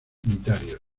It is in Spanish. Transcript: unitarios